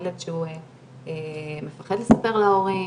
ילד שהוא מפחד לספר להורים,